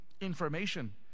information